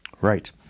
Right